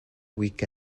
week